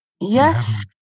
yes